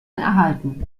erhalten